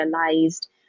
realized